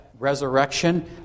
Resurrection